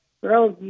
girls